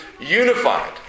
unified